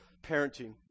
parenting